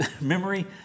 memory